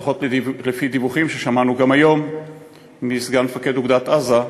לפחות לפי דיווחים ששמענו גם היום מסגן מפקד אוגדת עזה,